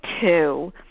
two